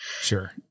Sure